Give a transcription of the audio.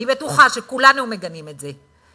אני בטוחה, שכולנו מגנים את זה.